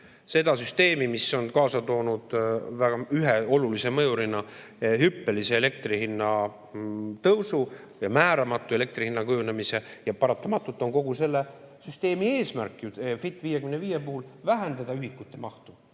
seda süsteemi, mis on kaasa toonud ühe olulise mõjurina elektri hinna hüppelise tõusu ja määramatu elektri hinna kujunemise. Paratamatult on kogu selle süsteemi eesmärk "Fit 55" puhul vähendada ühikute mahtu.